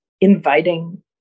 inviting